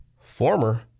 former